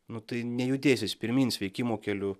nu tai nejudės jis pirmyn sveikimo keliu